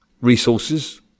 resources